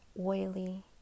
oily